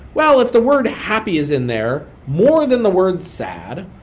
well, if the word happy is in there more than the word sad,